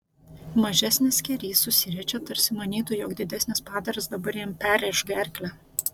mažesnis skėrys susiriečia tarsi manytų jog didesnis padaras dabar jam perrėš gerklę